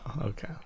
Okay